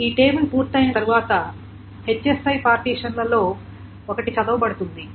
ఈ టేబుల్ పూర్తయిన తర్వాత పార్టీషన్లలో ఒకటి చదవబడుతుంది